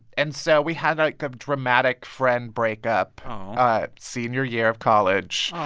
and so we had like a dramatic friend breakup senior year of college,